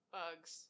bugs